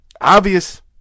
obvious